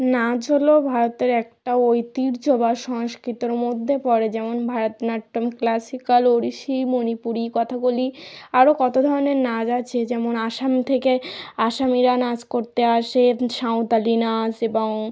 নাচ হলো ভারতের একটা ঐতিহ্য বা সংস্কৃতির মধ্যে পড়ে যেমন ভারতনাট্যম ক্লাসিক্যাল ওড়িশি মণিপুরি কথাকলি আরও কত ধরনের নাচ আছে যেমন আসাম থেকে আসামিরা নাচ করতে আসেন সাঁওতালি নাচ এবং